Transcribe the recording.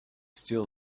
still